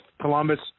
Columbus